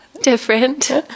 different